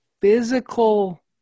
physical